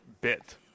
bit